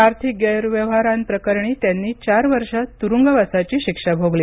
आर्थिक गैरव्यवहारांप्रकरणी त्यांनी चार वर्ष तुरुंगवासाची शिक्षा भोगली